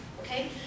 okay